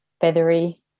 feathery